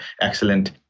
excellent